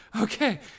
okay